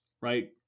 right